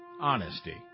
honesty